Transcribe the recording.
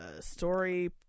Story